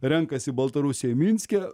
renkasi baltarusiai minske